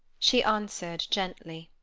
she answered, gently.